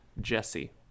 Jesse